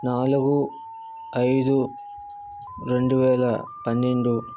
నాలుగు ఐదు రెండువేల పన్నెండు